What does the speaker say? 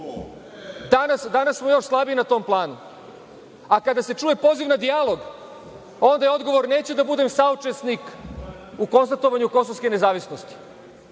Danas smo još slabiji na tom planu, a kada se čuje poziv na dijalog, onda je odgovor – neću da budem saučesnik u konstatovanju kosovske nezavisnosti.